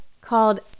called